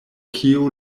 kio